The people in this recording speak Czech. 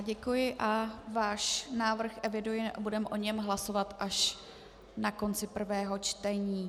Děkuji a váš návrh eviduji a budeme o něm hlasovat až na konci prvého čtení.